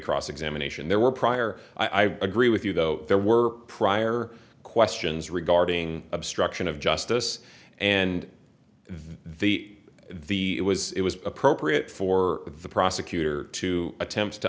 cross examination there were prior i would agree with you though there were prior questions regarding obstruction of justice and the the it was it was appropriate for the prosecutor to attempts to